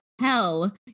hell